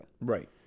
right